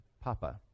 papa